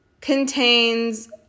contains